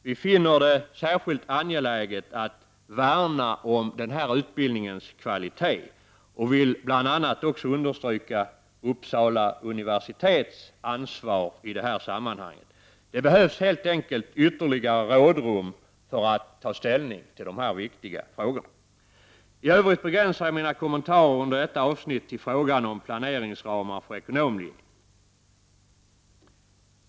Vi finner det särskilt angeläget att värna om den här utbildningens kvalitet och vill bl.a. understryka Uppsala universitets ansvar i det sammanhanget. Det behövs helt enkelt ytterligare rådrum innan man kan ta ställning till dessa viktiga frågor. I övrigt begränsar jag mina kommentarer under detta avsnitt till frågan om planeringsramar för ekonomlinjen.